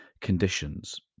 conditions